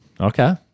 Okay